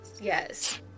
Yes